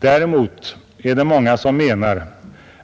Däremot är det många som menar